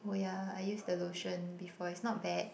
oh ya I use the lotion before it's not bad